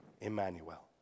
Emmanuel